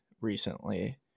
recently